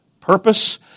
purpose